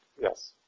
Yes